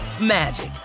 magic